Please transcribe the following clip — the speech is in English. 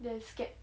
then it's scared